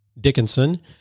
Dickinson